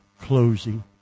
closing